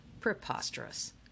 Preposterous